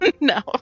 no